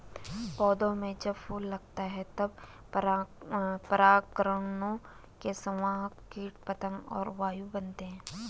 पौधों में जब फूल लगता है तब परागकणों के संवाहक कीट पतंग और वायु बनते हैं